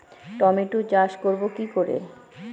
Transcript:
Tomato চাষ করব কি করে?